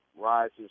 rises